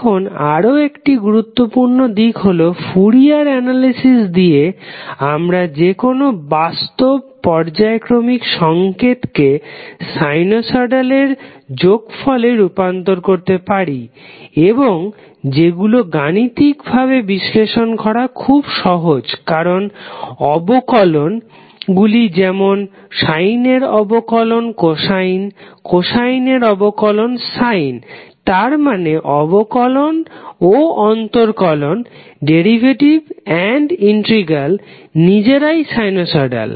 এখন আরও একটি গুরুত্বপূর্ণ দিক হলো ফুরিয়ার অ্যানালেসিস দিয়ে আমরা যেকোনো বাস্তব পর্যায়ক্রমিক সংকেত কে সাইনুসয়ডাল এর যোগফলে রুপান্তর করতে পারি এবং যেগুলো গাণিতিক ভাবে বিশ্লেষণ করা খুব সহজ কারণ অবকলন গুলি যেমন সাইনের অবকলন কোসাইন কোসাইনের অবকলন সাইন তার মানে অবকলন ও অন্তরকলন নিজেরাই সাইনুসয়ডাল